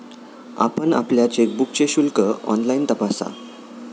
आपण आपल्या चेकबुकचे शुल्क ऑनलाइन तपासा